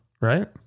Right